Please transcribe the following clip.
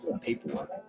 paperwork